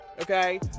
Okay